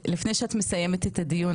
שאת מסיימת את הדיון,